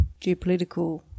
geopolitical